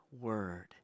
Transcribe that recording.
word